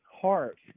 heart